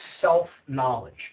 self-knowledge